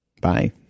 Bye